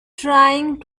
trying